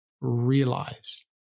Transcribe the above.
realize